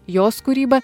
jos kūryba